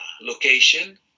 location